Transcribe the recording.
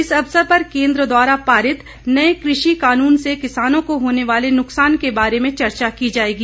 इस अवसर पर केंद्र द्वारा पारित नए कृषि कानून से किसानों को होने वाले नुकसान के बारे में चर्चा की जाएगी